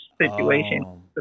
situation